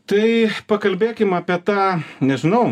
tai pakalbėkim apie tą nežinau